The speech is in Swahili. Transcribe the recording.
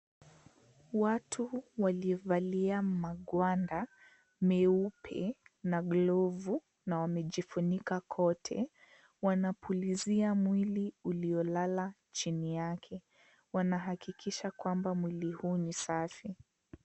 Watu waliovalia magwanda meupe na glovu na wamejifunika kote wanapulizia mwili uliolala chini yake. Wanahakikisha kwamba mwili huu ni safi.